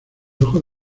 ojos